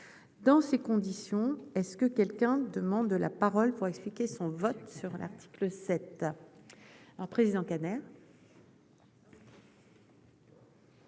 dans ces conditions, est ce que quelqu'un demande la parole pour expliquer son vote sur l'article 7 ans président canin.